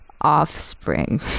Offspring